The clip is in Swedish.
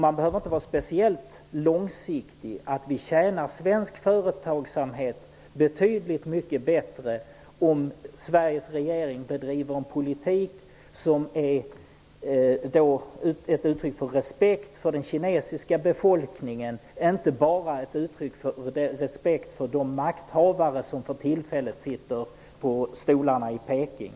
Man behöver inte ha en speciellt långsiktig syn för att inse att svensk företagsamhet tjänas betydligt bättre av att Sveriges regering bedriver en politik som ger uttryck för respekt för den kinesiska befolkningen än av uttryck för respekt för de makthavare som för tillfället sitter på stolarna i Peking.